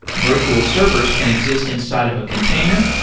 virtual servers can exist inside of a container,